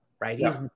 right